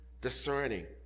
discerning